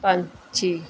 ਪੰਛੀ